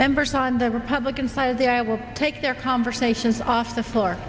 members on the republican side of the i will take their conversations off the floor